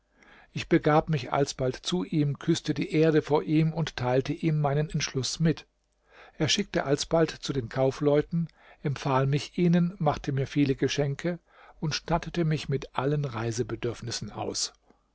ich begab mich alsbald zu ihm küßte die erde vor ihm und teilte ihm meinen entschluß mit er schickte alsbald zu den kaufleuten empfahl mich ihnen machte mir viele geschenke und stattete mich mit allen reisebedürfnissen aus